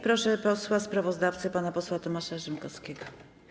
Proszę posła sprawozdawcę pana Tomasza Rzymkowskiego.